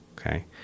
okay